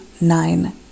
nine